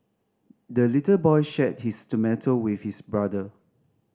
the little boy shared his tomato with his brother